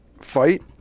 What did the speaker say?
fight